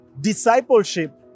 Discipleship